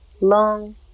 long